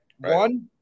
One